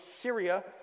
Syria